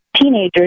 teenagers